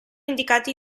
indicati